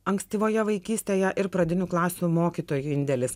ankstyvoje vaikystėje ir pradinių klasių mokytojų indėlis